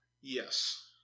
Yes